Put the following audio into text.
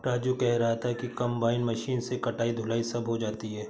राजू कह रहा था कि कंबाइन मशीन से कटाई धुलाई सब हो जाती है